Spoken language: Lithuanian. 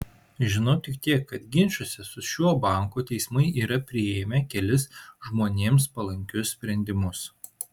žinau tik tiek kad ginčuose su šiuo banku teismai yra priėmę kelis žmonėms palankius sprendimus